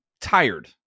tired